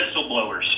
whistleblowers